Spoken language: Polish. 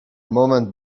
moment